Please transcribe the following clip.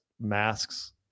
masks